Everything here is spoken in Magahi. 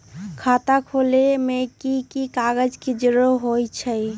खाता खोले में कि की कागज के जरूरी होई छइ?